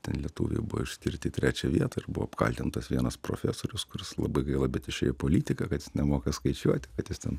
ten lietuviai buvo išskirti į trečią vietą ir buvo apkaltintas vienas profesorius kuris labai gaila bet išėjo į politiką kad jis nemoka skaičiuoti kad jis ten